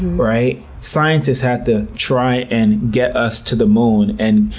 right? scientists had to try and get us to the moon and,